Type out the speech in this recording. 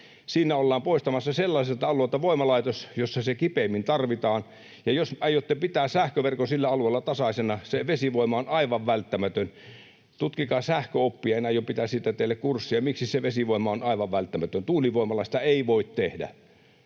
Siinä ollaan poistamassa voimalaitos sellaiselta alueelta, jolla se kipeimmin tarvitaan. Jos aiotte pitää sähköverkon sillä alueella tasaisena, se vesivoima on aivan välttämätön. Tutkikaa sähköoppia. En aio pitää teille kurssia siitä, miksi se vesivoima on aivan välttämätön. Tuulivoimalla sitä ei voi tehdä.